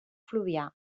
fluvià